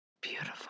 beautiful